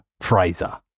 Fraser